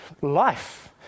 life